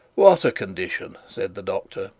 what a condition said the doctor,